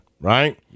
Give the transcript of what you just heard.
right